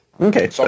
Okay